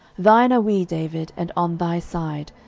thine are we, david, and on thy side,